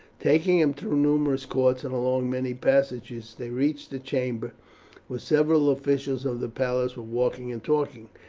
taking him through numerous courts and along many passages they reached a chamber where several officials of the palace were walking and talking,